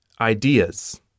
ideas